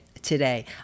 today